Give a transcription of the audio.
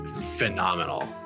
phenomenal